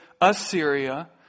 Assyria